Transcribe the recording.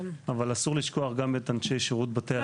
אבל אסור לשכוח גם את אנשי שירות בתי הסוהר